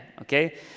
okay